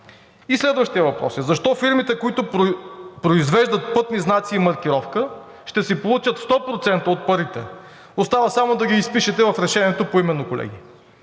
Следващият въпрос е: защо фирмите, които произвеждат пътни знаци и маркировка ще си получат 100% от парите? Остава само да ги изпишете поименно в решението, колеги.